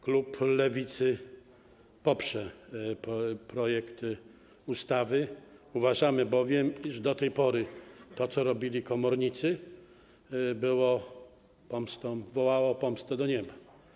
Klub Lewicy poprze projekt ustawy, uważamy bowiem, iż do tej pory to, co robili komornicy, wołało o pomstę do nieba.